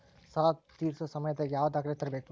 ಸಾಲಾ ತೇರ್ಸೋ ಸಮಯದಾಗ ಯಾವ ದಾಖಲೆ ತರ್ಬೇಕು?